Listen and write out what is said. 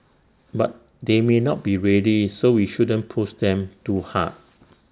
but they may not be ready so we shouldn't push them too hard